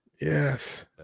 Yes